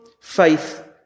faith